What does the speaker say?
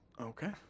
Okay